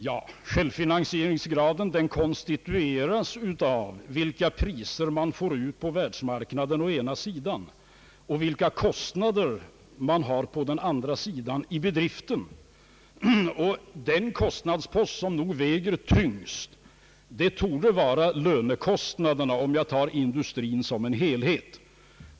Ja, självfinansieringsgraden konstitueras av vilka priser man får ut på världsmarknaden å ena sidan och vilka driftkostnader man har å andra sidan. Den kostnadspost som nog väger tyngst torde vara lönekostnaderna, om jag tar industrin som en helhet.